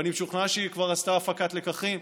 ואני משוכנע שהיא כבר עשתה הפקת לקחים,